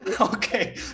Okay